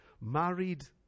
married